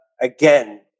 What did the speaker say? again